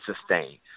sustain